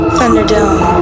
Thunderdome